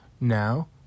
Now